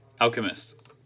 alchemist